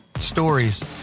Stories